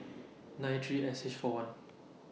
nine three S H four one